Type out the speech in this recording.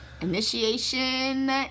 Initiation